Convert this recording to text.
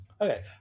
Okay